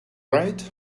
right